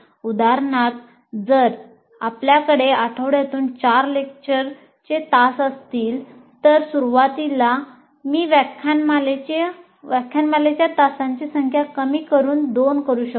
उदाहरणार्थ जर आपल्याकडे आठवड्यातून चार लेक्चर तास असतील तर सुरुवातीला मी व्याख्यानमालेची तासांची संख्या कमी करून 2 करु शकतो